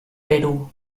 perú